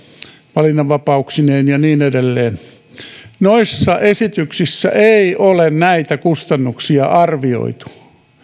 valinnanvapauksineen ja niin edelleen taitaa olla kaksituhattaviisisataa sivua noissa esityksissä ei ole näitä kustannuksia arvioitu ei